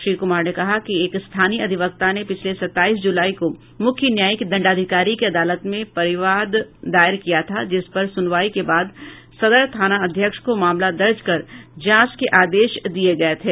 श्री कुमार ने कहा कि एक स्थानीय अधिवक्ता ने पिछले सत्ताईस जुलाई को मुख्य न्यायिक दंडाधिकारी की अदालत में परिवाद दायर किया था जिस पर सुनवाई के बाद सदर थाना अध्यक्ष को मामला दर्ज कर जांच के आदेश दिये गये थे